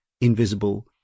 invisible